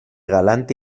galante